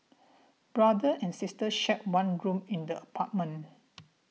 brother and sister shared one room in the apartment